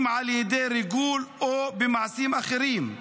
אם על ידי ריגול או במעשים אחרים.